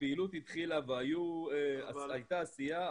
הפעילות התחילה והייתה עשייה,